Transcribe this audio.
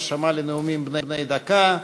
הרפובליקה של האיחוד של מיאנמר בדבר שיתוף